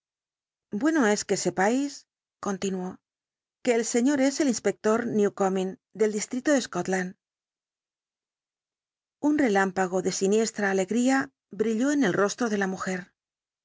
bueno es que sepáis continuó que el señor es el inspector newcomen del distrito de scotland un relámpago de siniestra alegría brilló en el rostro de la mujer ah